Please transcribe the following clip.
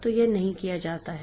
तो यह नहीं किया जाता है